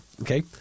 Okay